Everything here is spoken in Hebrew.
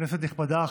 כנסת נכבדה,